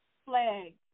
flag